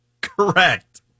Correct